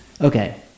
Okay